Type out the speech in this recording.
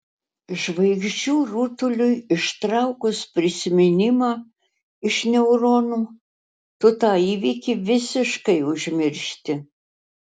žvaigždžių rutuliui ištraukus prisiminimą iš neuronų tu tą įvykį visiškai užmiršti